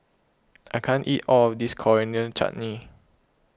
I can't eat all of this Coriander Chutney